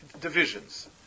divisions